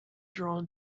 drawn